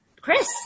Chris